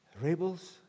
Rebels